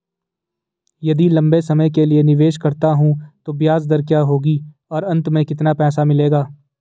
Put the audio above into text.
यदि लंबे समय के लिए निवेश करता हूँ तो ब्याज दर क्या होगी और अंत में कितना पैसा मिलेगा?